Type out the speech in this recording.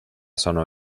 sono